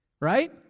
right